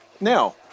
now